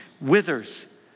withers